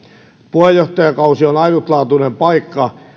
puheenjohtajakausi on ainutlaatuinen paikka